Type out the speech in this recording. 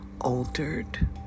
altered